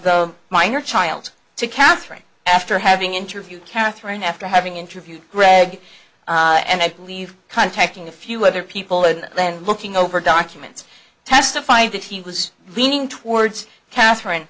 the minor child to katherine after having interviewed katherine after having interviewed greg and i believe contacting a few other people and then looking over documents testifying that he was leaning towards katherine